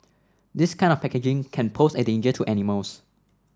this kind of packaging can pose a danger to animals